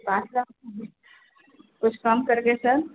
पाँच लाख कुछ कम करके सर